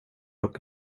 och